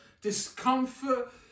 discomfort